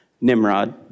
Nimrod